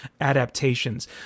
adaptations